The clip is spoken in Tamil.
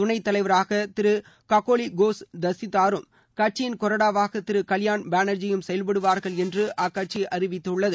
துணைத்தலைவராக ளதிரு ககோலி கோஷ் தஸ்திதாரும் கட்சியின் கொறடாவாக திரு கல்யாண் பானர்ஜியும் செயல்படுவார்கள் என்று அக்கட்சி அறிவித்துள்ளது